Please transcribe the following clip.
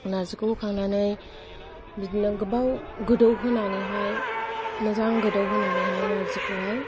नार्जिखौ होखांनानै बिदिनो गोबां गोदौ होनानैहाय मोजां गोदौहोनानैहाय नार्जिखौहाय